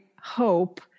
hope